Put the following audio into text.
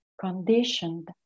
conditioned